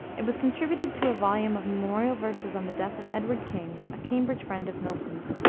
it was contributed to a volume of memorial verses on the death of edward king, a cambridge friend of milton's,